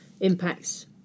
impacts